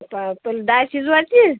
पण पण डाळ शिजवायची